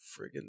friggin